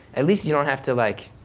at least you don't have to, like